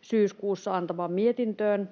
syyskuussa antamaan mietintöön,